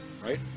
Right